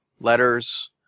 letters